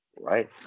right